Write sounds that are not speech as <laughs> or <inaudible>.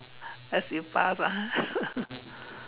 as you pass ah <laughs>